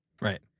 Right